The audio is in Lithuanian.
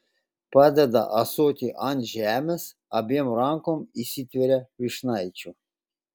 padeda ąsotį ant žemės abiem rankom įsitveria vyšnaičių